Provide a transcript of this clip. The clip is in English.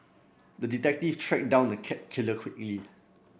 the detective tracked down the cat killer quickly